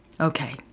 Okay